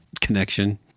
connection